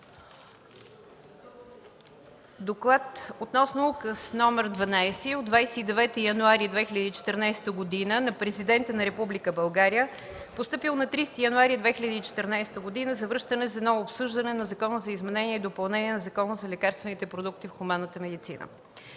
„ДОКЛАД относно Указ № 12 от 29 януари 2014 г. на Президента на Република България, постъпил на 30 януари 2014 г., за връщане за ново обсъждане на Закона за изменение и допълнение на Закона за лекарствените продукти в хуманната медицина